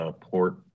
port